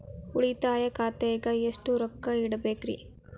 ಉಳಿತಾಯ ಖಾತೆದಾಗ ಎಷ್ಟ ರೊಕ್ಕ ಇಡಬೇಕ್ರಿ?